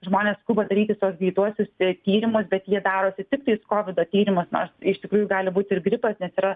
žmonės skuba daryti tuos greituosius tyrimus bet jie darosi tiktai kovido tyrimus nors iš tikrųjų gali būti ir gripas nes yra